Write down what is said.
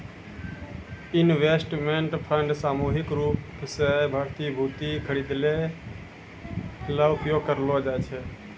investment fund सामूहिक रूप सें प्रतिभूति खरिदै ल उपयोग करलो जाय छै